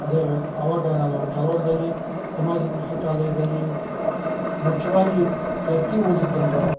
ಅದೇ ಆವಾಗ ನಾನು ಧಾರವಾಡದಲ್ಲಿ ಸಮಾಜ ಪುಸ್ತಕಾಲಯದಲ್ಲಿ ಮುಖ್ಯವಾಗಿ ಜಾಸ್ತಿ ಓದಿದ್ದಂದ್ರೆ